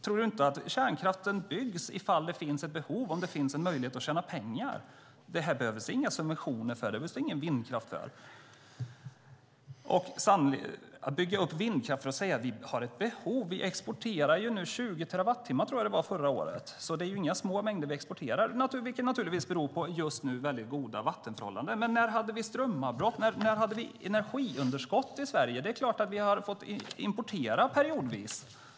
Tror du inte att kärnkraften byggs om det finns ett behov och en möjlighet att tjäna pengar? Det behövs inga subventioner för det. Det behövs ingen vindkraft för det. Du säger att vi ska bygga ut vindkraften eftersom vi har ett behov. Jag tror att vi exporterade 20 terawattimmar förra året. Det är inga små mängder vi exporterar, vilket naturligtvis beror på att vi har väldigt goda vattenförhållanden just nu. När hade vi strömavbrott? När hade vi ett energiunderskott i Sverige? Det är klart att vi periodvis har fått importera el.